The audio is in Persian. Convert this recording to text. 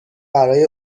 برای